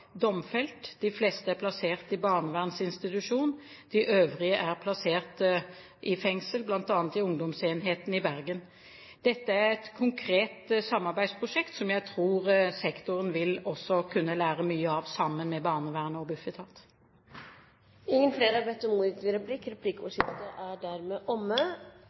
domfelt, de fleste er plassert i barnevernsinstitusjon, de øvrige er plassert i fengsel, bl.a. i ungdomsenheten i Bergen. Dette er et konkret samarbeidsprosjekt som jeg tror sektoren vil kunne lære mye av sammen med barnevern og Bufetat. Replikkordskiftet er dermed omme. De talere som heretter får ordet, har en taletid på inntil 3 minutter. Dette er